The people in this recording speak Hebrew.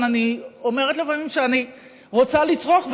אני אומרת לפעמים שאני רוצה לצרוח,